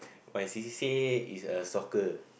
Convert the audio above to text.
my C_C_A is uh soccer